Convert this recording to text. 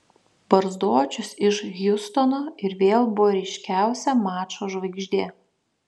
barzdočius iš hjustono ir vėl buvo ryškiausia mačo žvaigždė